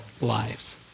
lives